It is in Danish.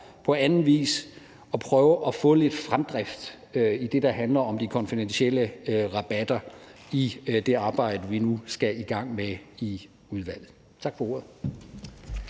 på anden vis at prøve at få lidt fremdrift i det, der handler om de konfidentielle rabatter, i det arbejde, vi nu skal i gang med i udvalget. Tak for ordet.